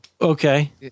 Okay